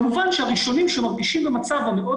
כמובן שהראשונים שמרגישים במצב המאוד